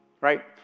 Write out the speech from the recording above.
Right